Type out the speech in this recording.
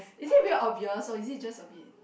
is it very obvious or is it just a bit